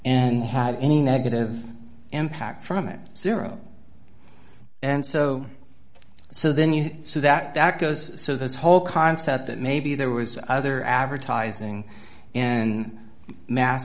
had any negative impact from it zero and so so then you see that that goes so this whole concept that maybe there was other advertising and ma